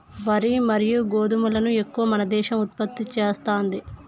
వరి మరియు గోధుమలను ఎక్కువ మన దేశం ఉత్పత్తి చేస్తాంది